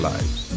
Lives